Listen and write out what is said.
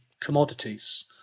commodities